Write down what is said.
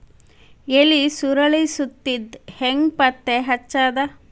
ಎಲಿ ಸುರಳಿ ಸುತ್ತಿದ್ ಹೆಂಗ್ ಪತ್ತೆ ಹಚ್ಚದ?